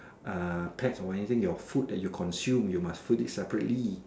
uh pets or anything your food that you consume you must put it separately